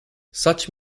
such